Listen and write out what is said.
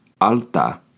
alta